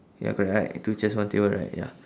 ya correct right two chairs one table right ya